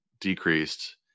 decreased